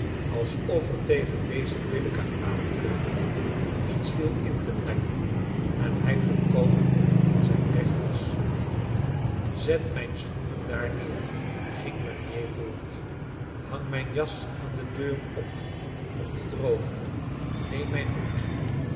alsof er tegen deze billijke aanklacht niets viel in te brengen en hij volkomen in zijn recht was zet mijn schoenen daar neer ging lagnier voort hang mijn jas aan de deur op om te drogen neem mijn hoed